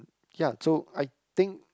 ya so I think